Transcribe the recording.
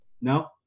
no